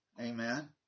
Amen